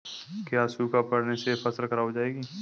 क्या सूखा पड़ने से फसल खराब हो जाएगी?